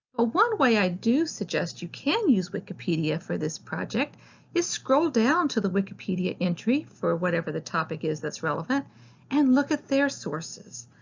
ah one way i do suggest you can use wikipedia for this project is scroll down the wikipedia entry for whatever the topic is that's relevant and look at their sources,